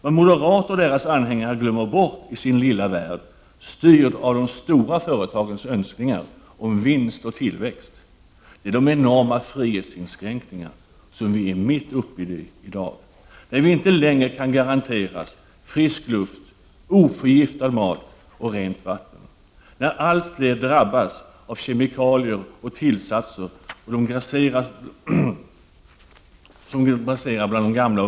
Vad moderaterna och deras anhängare glömmer bort i sin lilla värld, styrd av de stora företagens önskningar om vinst och tillväxt, är de enorma frihetsinskränkningar som vi nu är mitt uppe i: När vi inte längre kan garanteras frisk luft, oförgiftad mat och rent vatten. När allergiker drabbas av kemikalier och tillsatser som grasserar bland unga och gamla.